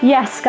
Yes